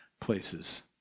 places